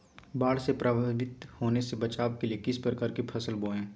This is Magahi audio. बाढ़ से प्रभावित होने से बचाव के लिए किस प्रकार की फसल बोए?